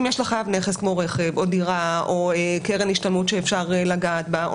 אבל אם יש לחייב נכס כמו רכב או דירה או קרן השתלמות שאפשר לגעת בה,